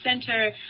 Center